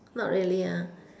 not really ah